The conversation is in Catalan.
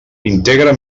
integra